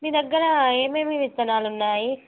మీ దగ్గరా ఏమేమి విత్తనాలు ఉన్నాయి